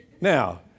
Now